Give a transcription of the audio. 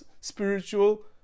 spiritual